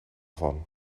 van